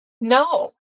no